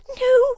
No